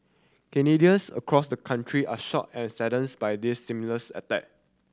Canadians across the country are shocked and by this seamless attack